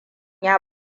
ya